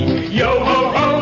Yo-ho-ho